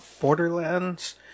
Borderlands